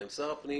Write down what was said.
שר הפנים